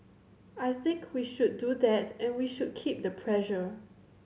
I think we should do that and we should keep the pressure